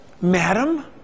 Madam